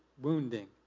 wounding